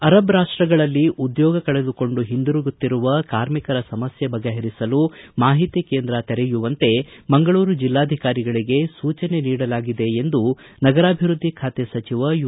Arab ರಾಷ್ಟಗಳಲ್ಲಿ ಉದ್ಯೋಗ ಕಳೆದುಕೊಂಡು ಹಿಂದುರುಗುತ್ತಿರುವ ಕಾರ್ಮಿಕರ ಸಮಸ್ಯೆ ಬಗೆಹರಿಸಲು ಮಾಹಿತಿ ಕೇಂದ್ರ ತೆರೆಯಲು ಮಂಗಳೂರು ಜಿಲ್ಲಾಧಿಕಾರಿಗಳಿಗೆ ಸೂಚನೆ ನೀಡಲಾಗಿದೆ ಎಂದು ನಗರಾಭಿವೃದ್ಧಿ ಖಾತೆ ಸಚಿವ ಯು